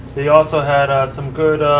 they also had some good